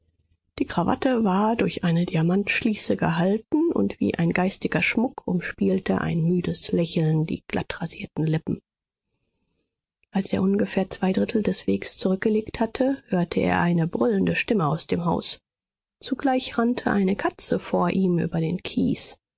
die krawatte war durch eine diamantschließe gehalten und wie ein geistiger schmuck umspielte ein müdes lächeln die glattrasierten lippen als er ungefähr zwei drittel des wegs zurückgelegt hatte hörte er eine brüllende stimme aus dem haus zugleich rannte eine katze vor ihm über den kies